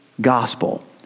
gospel